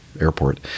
airport